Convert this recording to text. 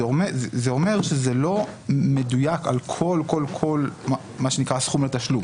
זה אומר שזה לא מדויק על כל מה שנקרא סכום התשלום